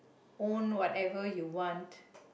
own whatever you want